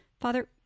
Father